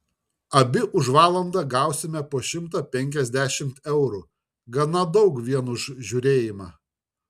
abi už valandą gausime po šimtą penkiasdešimt eurų gana daug vien už žiūrėjimą